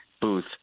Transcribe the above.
booth